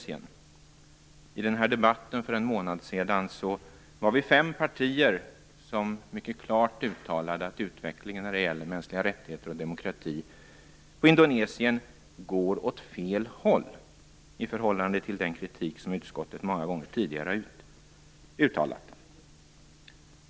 I debatten för en månad sedan var det fem partier som mycket klart uttalade att utvecklingen när det gäller mänskliga rättigheter och demokrati i Indonesien går åt fel håll i förhållande till den kritik som utskottet många gånger tidigare har uttalat.